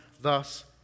thus